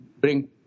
bring